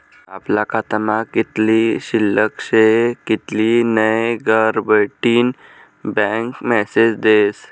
आपला खातामा कित्ली शिल्लक शे कित्ली नै घरबठीन बँक मेसेज देस